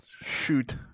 Shoot